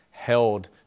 held